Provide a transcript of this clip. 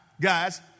guys